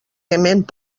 tement